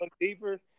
deeper